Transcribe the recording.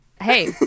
Hey